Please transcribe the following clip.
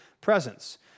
presence